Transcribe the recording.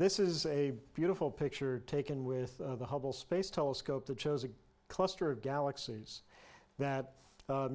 this is a beautiful picture taken with the hubble space telescope that shows a cluster of galaxies that